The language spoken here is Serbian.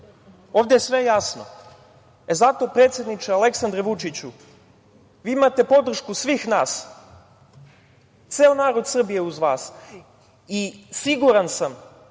Ovde je sve jasno. Zato predsedniče, Aleksandar Vučiću, vi imate podršku svih nas. Ceo narod Srbije je uz vas, i siguran sam